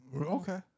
Okay